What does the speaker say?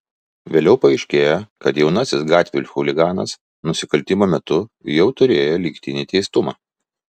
vėliau paaiškėjo kad jaunasis gatvių chuliganas nusikaltimo metu jau turėjo lygtinį teistumą